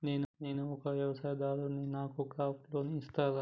నేను ఒక వ్యవసాయదారుడిని నాకు క్రాప్ లోన్ ఇస్తారా?